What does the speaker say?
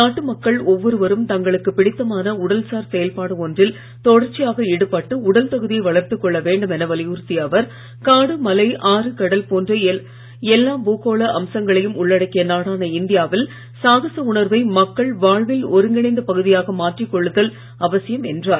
நாட்டு மக்கள் அனைவரும் தங்களுக்கு பிடித்தமான உடல்சார் செயல்பாடு ஒன்றில் தொடர்ச்சியாக ஈடுபட்டு உடல் தகுதியை வளர்த்துக் கொள்ள வேண்டும் என வலியுறுத்திய அவர் காடு மலை ஆறு கடல் போன்ற எல்லா பூகோள அம்சங்களையும் உள்ளடக்கிய நாடான இந்தியாவில் சாகச உணர்வை மக்கள் வாழ்வின் ஒருங்கிணைந்த பகுதியாக மாற்றிக் கொள்ளுதல் அவசியம் என்றார்